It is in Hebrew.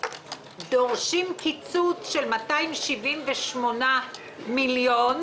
דורשים קיצוץ של 278 מיליון,